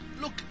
Look